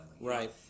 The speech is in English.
right